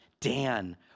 Dan